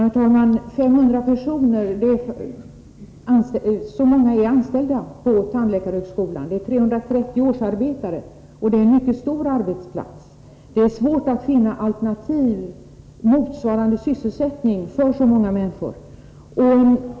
Herr talman! 500 personer är anställda på tandläkarhögskolan — eller 330 årsarbetare. Det är alltså en mycket stor arbetsplats. Det är svårt att finna alternativ sysselsättning för så många människor.